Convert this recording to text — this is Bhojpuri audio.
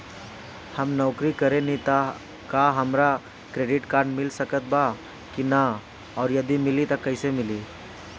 हम नौकरी करेनी त का हमरा क्रेडिट कार्ड मिल सकत बा की न और यदि मिली त कैसे मिली?